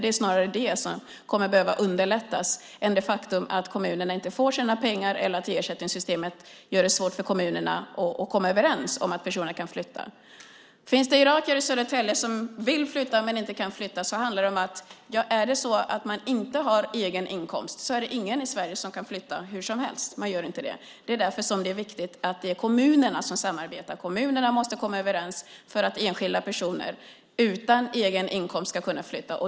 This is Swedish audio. Det handlar snarare om att man behöver underlätta där än om det faktum att kommunerna inte får sina pengar eller att ersättningssystemet gör det svårt för kommunerna att komma överens om att personerna kan flytta. Sedan gällde att det finns irakier i Södertälje som vill flytta men som inte kan flytta. Om man inte har egen inkomst kan man inte flytta hur som helst. Det finns ingen i Sverige som kan göra det. Man gör inte det. Det är därför som det är viktigt att det är kommunerna som samarbetar. Kommunerna måste komma överens för att enskilda personer utan egen inkomst ska kunna flytta.